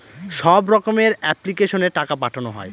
সব রকমের এপ্লিক্যাশনে টাকা পাঠানো হয়